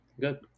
Good